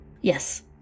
Yes